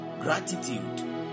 gratitude